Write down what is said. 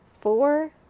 four